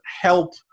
help